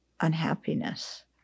unhappiness